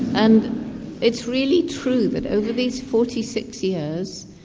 and it's really true that over these forty six years,